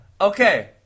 Okay